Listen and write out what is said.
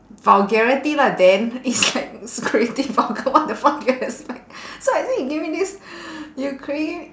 vulgarity lah then it's like creative vulgar what the fuck do you expect so I think you give me this you crea~